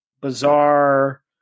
bizarre